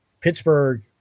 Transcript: Pittsburgh